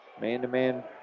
man-to-man